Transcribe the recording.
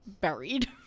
buried